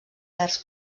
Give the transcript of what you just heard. vers